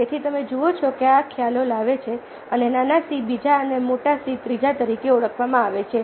તેથી તમે જુઓ છો કે આ ખ્યાલો લાવે છે આને નાના C બીજા અને મોટા C ત્રીજા તરીકે ઓળખવામાં આવે છે